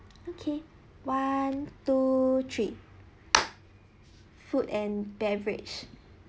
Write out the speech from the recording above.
okay one two three food and beverage